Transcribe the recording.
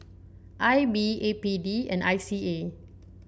I B A P D and I C A